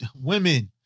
women